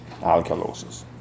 alkalosis